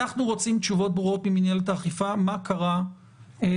אנחנו רוצים תשובות ברורות ממנהלת האכיפה מה קרה מאז